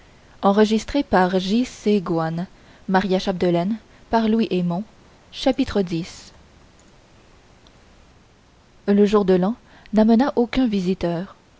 chapitre x le jour de l'an n'amena aucun visiteur